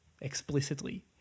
explicitly